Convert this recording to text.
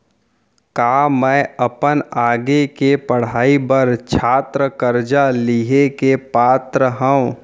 का मै अपन आगे के पढ़ाई बर छात्र कर्जा लिहे के पात्र हव?